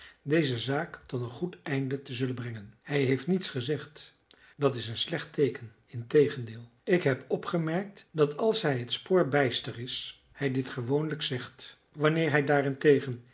deze zaak tot een goed einde te zullen brengen hij heeft niets gezegd dat is een slecht teeken integendeel ik heb opgemerkt dat als hij het spoor bijster is hij dit gewoonlijk zegt wanneer hij daarentegen